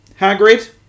Hagrid